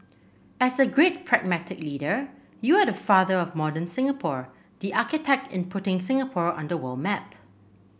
as a great pragmatic leader you are the father of modern Singapore the architect in putting Singapore on the world map